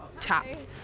tops